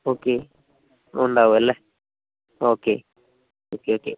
okay ഉണ്ടാവും അല്ലെ okay okay okay